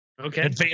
Okay